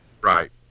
Right